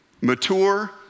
mature